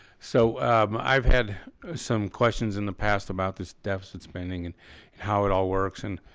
so i've had some questions in the past about this deficit spending and how it all works and